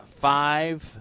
five